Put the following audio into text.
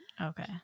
Okay